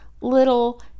little